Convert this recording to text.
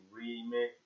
remix